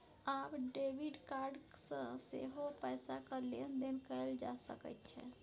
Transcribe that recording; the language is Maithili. आब डेबिड कार्ड सँ सेहो पैसाक लेन देन कैल जा सकैत छै